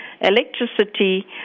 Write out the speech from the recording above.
electricity